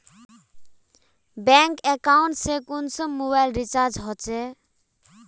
Bank account से कुंसम mobile recharge होचे?